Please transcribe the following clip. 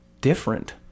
different